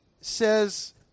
says